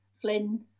Flynn